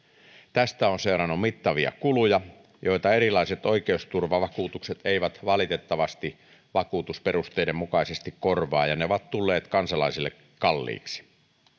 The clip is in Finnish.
tästä on seurannut mittavia kuluja joita erilaiset oikeusturvavakuutukset eivät valitettavasti vakuutusperusteiden mukaisesti korvaa ja ne ovat tulleet kansalaisille kalliiksi